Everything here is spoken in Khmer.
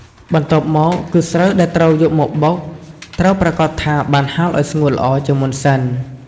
បន្ទាប់មកគឺស្រូវដែលត្រូវយកមកបុក ត្រូវប្រាកដថាបានហាលឱ្យស្ងួតល្អជាមុនសិន។